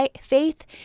faith